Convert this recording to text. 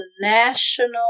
national